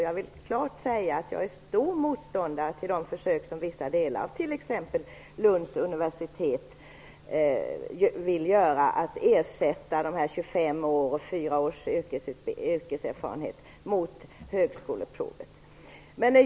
Jag är en stark motståndare till de försök som t.ex. Lunds universitet vill göra, nämligen att ersätta 25 år plus 4 års yrkeserfarenhet med högskoleprovet.